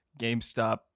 gamestop